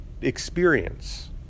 experience